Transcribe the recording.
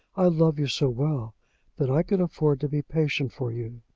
i love you so well that i can afford to be patient for you.